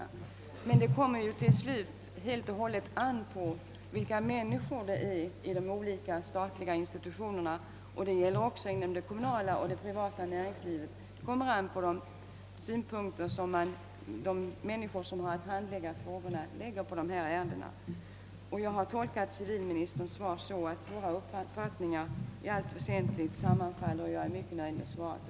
Till slut kommer det dock helt och hållet an på vilka synpunkter de människor har som i de olika statliga och kommunala institutionerna liksom inom det privata näringslivet har att handlägga dessa ärenden. Jag har tolkat civilministerns svar så, att våra uppfattningar i allt väsentligt sammanfaller, och jag är mycket nöjd med svaret.